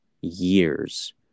years